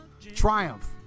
triumph